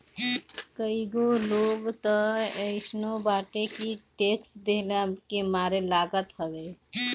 कईगो लोग तअ अइसनो बाटे के टेक्स देहला में मरे लागत हवे